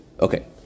Okay